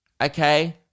okay